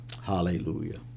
Hallelujah